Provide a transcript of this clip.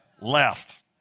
Left